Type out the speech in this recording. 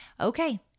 Okay